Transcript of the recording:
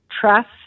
trust